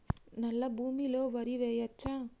నల్లా భూమి లో వరి వేయచ్చా?